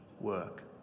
work